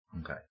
Okay